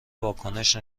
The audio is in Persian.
واکنش